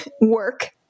work